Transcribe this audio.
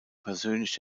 persönlich